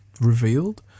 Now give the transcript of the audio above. revealed